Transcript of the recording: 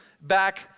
back